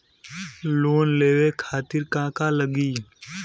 Loan लेवे खातीर का का लगी?